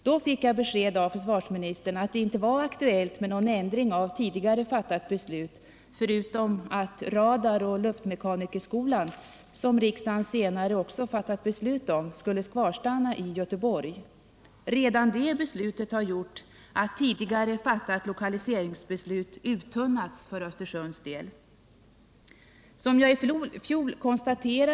Jag fick då besked av försvarsministern att det inte förvaltningsskola 50 var aktuellt med någon ändring av tidigare fattat beslut, förutom att radaroch luftmekanikerskolan, som riksdagen senare också fattat beslut om, skulle kvarstanna i Göteborg. Redan det beslutet har gjort att tidigare fattat lokaliseringsbeslut uttunnats för Östersunds del.